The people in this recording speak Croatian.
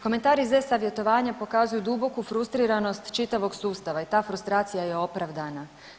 Komentari iz e-Savjetovanja pokazuju duboku frustriranost čitavog sustava i ta frustracija je opravdana.